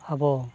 ᱟᱵᱚ